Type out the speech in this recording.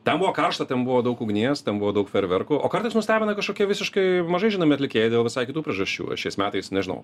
ten buvo karšta ten buvo daug ugnies ten buvo daug fejerverkų o kartais nustebina kažkokie visiškai mažai žinomi atlikėjai dėl visai kitų priežasčių šiais metais nežinau